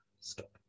stop